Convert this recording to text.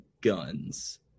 guns